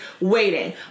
waiting